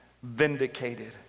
vindicated